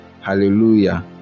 Hallelujah